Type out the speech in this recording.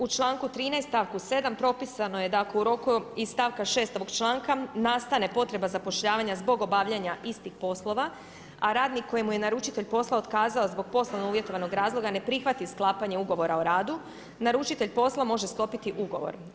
U članku 13. stavku 7. propisano je da ako u roku, iz stavka 6. ovog članka, nastane potreba zapošljavanja zbog obavljanja istih poslova a radnik koji mu je naručitelj posla otkazao zbog poslovno uvjetovanog razloga ne prihvati sklapanje ugovora o radu naručitelj posla može sklopiti ugovor.